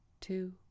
two